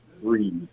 three